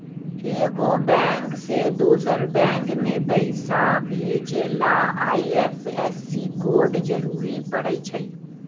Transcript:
एगो बैंक से दोसर बैंक मे पैसा भेजे ला आई.एफ.एस.सी कोड जरूरी परई छई